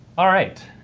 all right,